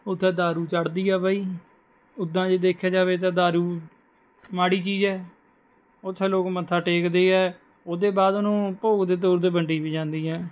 ਉਥੇ ਦਾਰੂ ਚੜਦੀ ਆ ਬਾਈ ਉਦਾਂ ਜੇ ਦੇਖਿਆ ਜਾਵੇ ਤਾਂ ਦਾਰੂ ਮਾੜੀ ਚੀਜ਼ ਹੈ ਉਥੇ ਲੋਕ ਮੱਥਾ ਟੇਕਦੇ ਆ ਉਹਦੇ ਬਾਅਦ ਉਹਨੂੰ ਭੋਗ ਦੇ ਤੌਰ 'ਤੇ ਵੰਡੀ ਵੀ ਜਾਂਦੀ ਹੈ